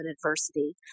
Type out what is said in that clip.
adversity